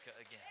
again